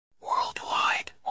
Worldwide